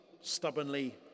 stubbornly